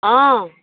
অ